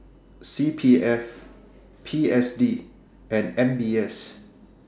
C P F P S D and M B S